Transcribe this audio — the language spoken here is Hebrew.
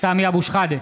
סמי אבו שחאדה,